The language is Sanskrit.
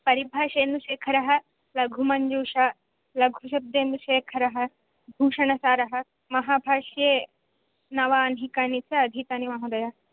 परिभाषेन्दुशेखरः लघुमञ्जूषा लघुशब्देन्दुशेखरः भूषणसारः महाभाष्ये नवाह्निकानि च अधीतानि महोदय